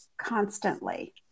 constantly